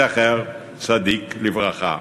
זכר צדיק לברכה,